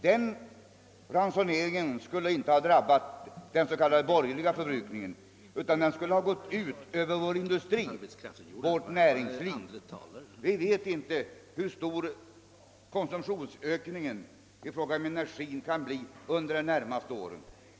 Den ransoneringen skulle inte ha drabbat den s.k. borgerliga förbrukningen, utan den skulle ha gått ut över vår industri och vårt näringsliv. Vi vet inte hur stor konsumtionsökningen i fråga om energin kan bli under de närmaste åren.